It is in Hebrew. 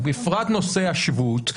ובפרט נושא השבות,